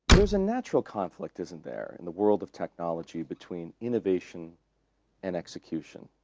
there's a natural conflict isn't there in the world of technology between innovation and execution?